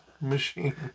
machine